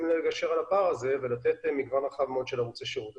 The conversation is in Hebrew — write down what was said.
לגשר על הפער הזה ולתת מגוון רחב מאוד של ערוצי שירות.